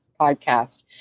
Podcast